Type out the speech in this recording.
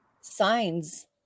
signs